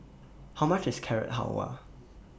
How much IS Carrot Halwa